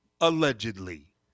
Allegedly